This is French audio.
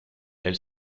elle